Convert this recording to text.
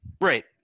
Right